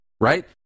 right